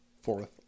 Fourth